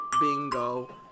Bingo